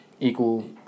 equal